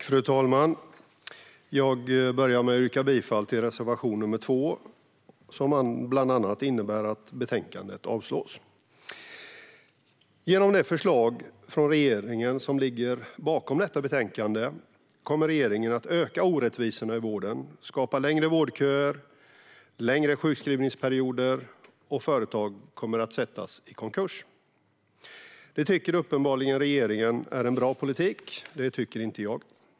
Fru talman! Jag yrkar bifall till reservation nr 2, som bland annat innebär att betänkandet ska avslås. Genom det förslag från regeringen som ligger bakom detta betänkande kommer regeringen att öka orättvisorna i vården och skapa längre vårdköer och längre sjukskrivningsperioder, och företag kommer att sättas i konkurs. Det tycker uppenbarligen regeringen är en bra politik. Det tycker inte jag.